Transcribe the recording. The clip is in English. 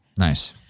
nice